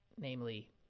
namely